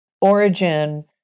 origin